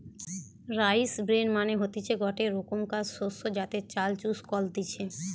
rice bran মানে হতিছে গটে রোকমকার শস্য যাতে চাল চুষ কলতিছে